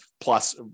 plus